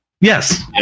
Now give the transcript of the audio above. Yes